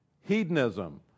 hedonism